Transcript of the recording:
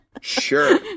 Sure